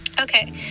Okay